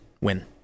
win